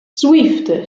swift